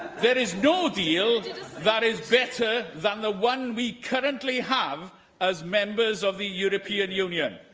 there is no deal that is that is better than the one we currently have as members of the european union.